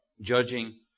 judging